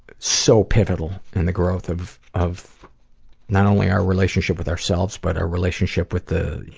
so pivotal, and the growth of of not only our relationship with ourselves, but our relationship with the, you